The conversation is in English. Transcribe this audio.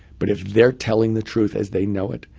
but if they're telling the truth as they know it,